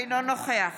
אינו נוכח